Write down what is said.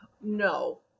No